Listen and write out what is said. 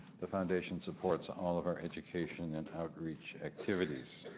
the foundation supports all of our education and outreach activities.